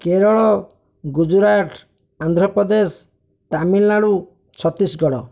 Kerala Gujarat Andhra Pradesh Tamil Nadu Chhattisgarh